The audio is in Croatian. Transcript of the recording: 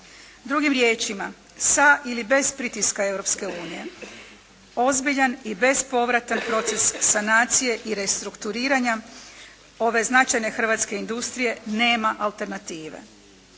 Drugim riječima, sa ili bez pritiska Europske unije ozbiljan i bespovratan proces sanacije i restrukturiranja ove značajne hrvatske industrije nema alternative.